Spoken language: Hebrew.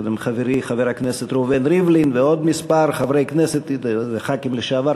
כולל חברי חבר הכנסת ראובן ריבלין ועוד כמה חברי כנסת וחברי כנסת לשעבר,